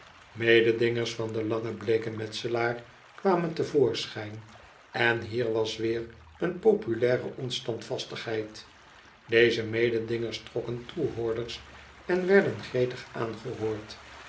mededingers van den langen bleeken metselaar kwamen te voorschijn en hier was weer een populaire onstandvastigheid deze mededingers trokken toehoorders en werden gretig aangehoord